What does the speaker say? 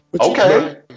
Okay